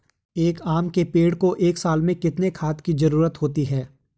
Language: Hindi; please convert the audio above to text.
एक आम के पेड़ को एक साल में कितने खाद की जरूरत होती है?